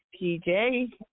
PJ